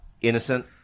innocent